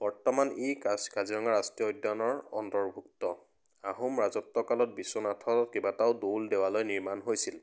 বৰ্তমান ই কাজিৰঙা ৰাষ্ট্ৰীয় উদ্যানৰ অন্তৰ্ভুক্ত আহোম ৰাজত্বকালত বিশ্বনাথত কেইবাটাও দৌল দেৱালয় নিৰ্মাণ হৈছিল